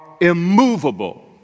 immovable